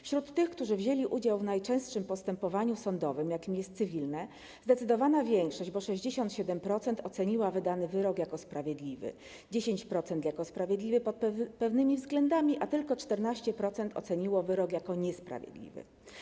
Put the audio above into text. Wśród tych, którzy wzięli udział w najczęstszym postępowaniu sądowym, jakim jest postępowanie cywilne, zdecydowana większość, bo 67%, oceniła wydany wyrok jako sprawiedliwy, 10% jako sprawiedliwy pod pewnymi względami, a tylko 14% oceniło wyrok jako niesprawiedliwy.